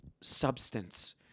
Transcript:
substance